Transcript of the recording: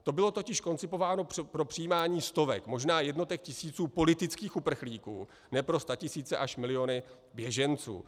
To bylo totiž koncipováno pro přijímání stovek, možná jednotek tisíců politických uprchlíků, ne pro statisíce až miliony běženců.